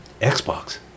Xbox